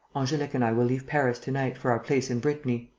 angelique and i will leave paris to-night for our place in brittany.